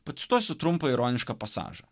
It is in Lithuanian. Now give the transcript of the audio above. pacituosiu trumpą ironišką pasažą